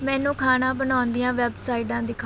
ਮੈਨੂੰ ਖਾਣਾ ਬਣਾਉਣ ਦੀਆਂ ਵੈੱਬਸਾਈਟਾਂ ਦਿਖਾ